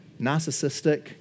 narcissistic